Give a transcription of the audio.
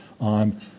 on